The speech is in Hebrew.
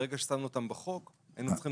ברגע ששמנו אותם בחוק היינו צריכים